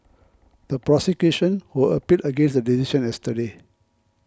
the prosecution who appealed against the decision yesterday